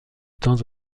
temps